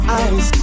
eyes